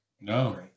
No